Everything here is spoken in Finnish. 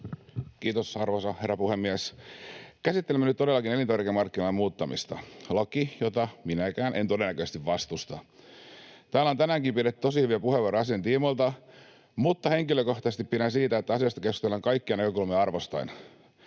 Kiitos, arvoisa herra puhemies! Käsittelemme nyt todellakin elintarvikemarkkinalain muuttamista — laki, jota minäkään en todennäköisesti vastusta. Täällä on tänäänkin pidetty tosi hyviä puheenvuoroja asian tiimoilta, mutta henkilökohtaisesti pidän siitä, että asiasta keskustellaan kaikkia näkökulmia arvostaen.